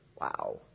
Wow